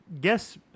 guess